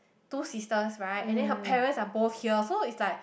two sisters right and then her parents are both here so it's like